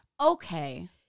Okay